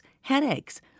headaches